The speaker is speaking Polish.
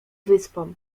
wyspą